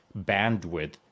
bandwidth